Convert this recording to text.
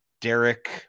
Derek